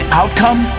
outcome